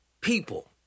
people